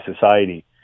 society